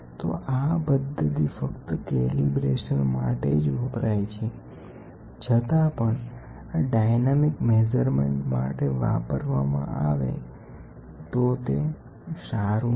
તો આ પદ્ધતિ ફક્ત કેલિબ્રેશન માટે વપરાય છે છતા પણ આ ડાયનામીક મેજરમેન્ટ માટે વાપરવામાં આવે તો તે સારું નથી